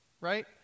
right